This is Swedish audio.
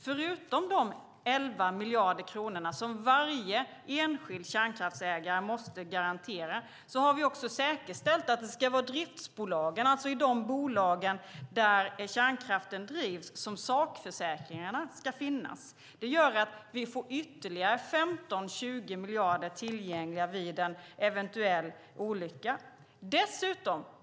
Förutom de 11 miljarder kronor som varje enskild kärnkraftsägare måste garantera har vi säkerställt att det är i driftsbolagen, alltså i de bolag där kärnkraften drivs, som sakförsäkringarna ska finnas. Det gör att vi får ytterligare 15-20 miljarder tillgängliga vid en eventuell olycka.